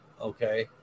Okay